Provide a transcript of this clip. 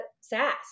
SaaS